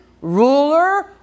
Ruler